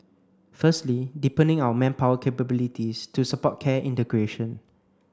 firstly deepening our manpower capabilities to support care integration